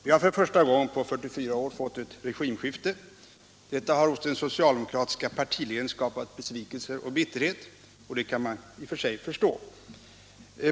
Vi har för första gången på 44 år fått ett regimskifte. Detta har hos den socialdemokratiska partiledningen skapat besvikelser och bitterhet, och det kan man i och för sig förstå.